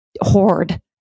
hoard